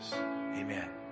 amen